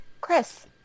Chris